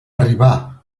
arribar